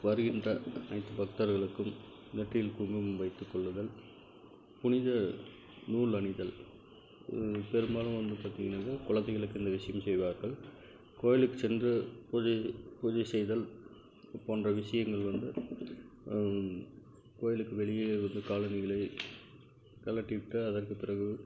வருகின்ற அனைத்து பக்தர்களுக்கும் நெற்றியில் குங்குமம் வைத்துக் கொள்ளுதல் புனித நூல் அணிதல் பெரும்பாலும் வந்து பார்த்திங்கன்னாக்கா கொழந்தைகளுக்கு இந்த விஷயம் செய்வார்கள் கோயிலுக்கு சென்று பூஜை பூஜை செய்தல் போன்ற விஷயங்கள் வந்து கோயிலுக்கு வெளியே வந்து காலணிகளை கழட்டி விட்டு அதற்கு பிறகு